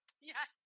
Yes